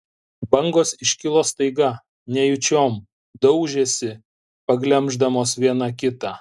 bangos iškilo staiga nejučiom daužėsi paglemždamos viena kitą